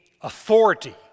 authority